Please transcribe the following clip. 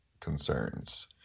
concerns